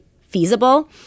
feasible